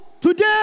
today